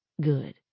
Good